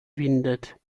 windet